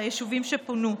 ליישובים שפונו.